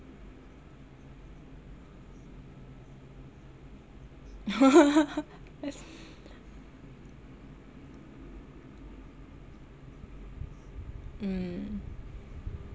mm